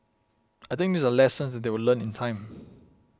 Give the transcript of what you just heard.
I think these are lessons that they will learn in time